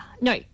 no